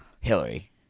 Hillary